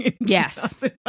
Yes